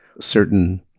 certain